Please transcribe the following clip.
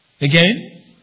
Again